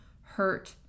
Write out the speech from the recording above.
hurt